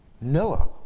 Noah